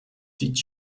did